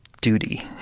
duty